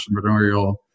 entrepreneurial